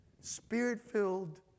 spirit-filled